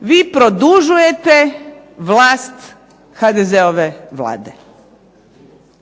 Vi produžujete vlast HDZ-ove Vlade.